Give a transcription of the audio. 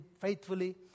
faithfully